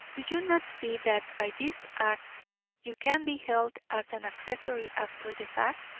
do you not see that by this act you can be held as an accessory after the fact?